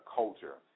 culture